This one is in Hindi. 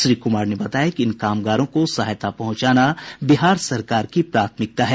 श्री कुमार ने बताया कि इन कामगारों को सहायता पहुंचाना बिहार सरकार की प्राथमिकता है